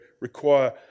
require